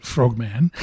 Frogman